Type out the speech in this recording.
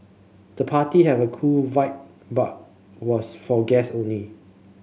the party have a cool vibe but was for guests only